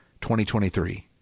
2023